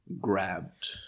grabbed